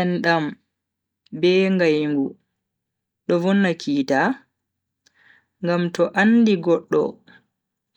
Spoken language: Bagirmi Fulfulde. Endam, be ngaigu do vonna kitaa, ngam to andi goddo